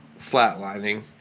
flatlining